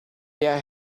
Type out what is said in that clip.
where